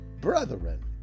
Brethren